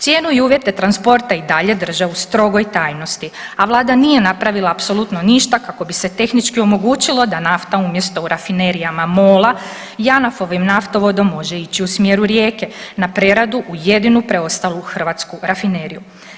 Cijenu i uvjete transporta i dalje drže u strogoj tajnosti, a vlada nije napravila apsolutno ništa kako bi se tehnički omogućilo da nafta umjesto u rafinerijama MOL-a Janafovim naftovodom može ići u smjeru Rijeke na preradu u jedinu preostalu hrvatsku rafineriju.